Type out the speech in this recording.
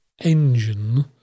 Engine